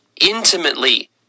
intimately